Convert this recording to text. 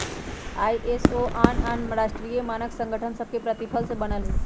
ISO आन आन राष्ट्रीय मानक संगठन सभके प्रतिनिधि से बनल हइ